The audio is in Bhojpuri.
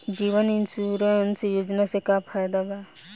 जीवन इन्शुरन्स योजना से का फायदा बा?